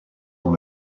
dans